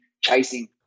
chasing